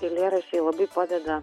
eilėraščiai labai padeda